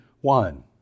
one